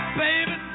baby